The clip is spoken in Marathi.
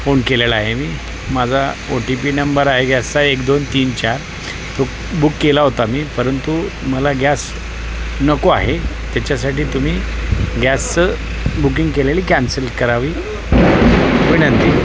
फोण केलेला आहे मी माझा ओ टी पी नंबर आहे गॅसचा एक दोन तीन चार तो बुक केला होता मी परंतु मला गॅस नको आहे त्याच्यासाठी तुम्ही गॅसचं बुकिंग केलेली कॅन्सल करावी विनंती